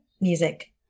music